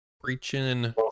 Preaching